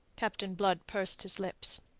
captain blood pursed his lips.